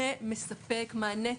תכף נדבר עליהם.